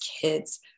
kids